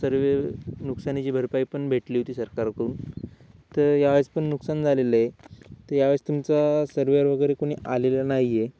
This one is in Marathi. सर्वे नुकसानाची भरपाई पण भेटली होती सरकारकडून तर यावेळेस पण नुकसान झालेलं आहे तर यावेळेस तुमचा सर्वेअर वगैरे कोणी आलेला नाही आहे